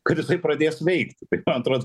kad jisai pradės veikti taip man atrodo